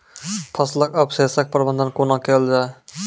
फसलक अवशेषक प्रबंधन कूना केल जाये?